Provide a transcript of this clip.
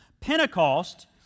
Pentecost